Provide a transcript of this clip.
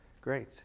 Great